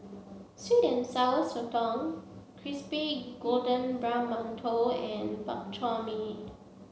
Sweet and Sour Sotong Crispy Golden Brown Mantou and Bak Chor Mee